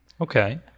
Okay